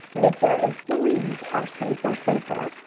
and if there employees are safe or safer,